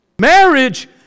Marriage